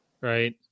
right